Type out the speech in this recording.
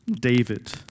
David